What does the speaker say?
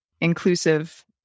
inclusive